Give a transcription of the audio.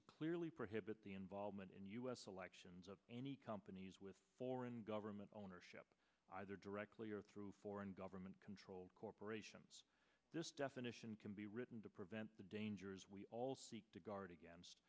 to clearly prohibit the involvement in u s selections of companies with foreign government ownership either directly or through foreign government control corporations definition can be written to prevent the dangers we all seek to guard against